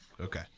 okay